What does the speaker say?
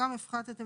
שמועסק 6 ימים בשבוע